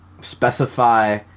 specify